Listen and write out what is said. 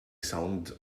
sound